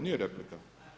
Nije replika.